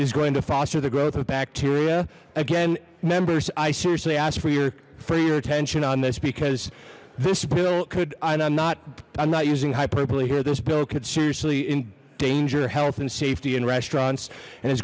is going to foster the growth of bacteria again members i seriously ask for your for your attention on this because this bill could and i'm not i'm not using hyperbole here this bill could seriously endanger health and safety and restaurants and i